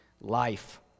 life